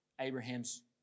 Abraham's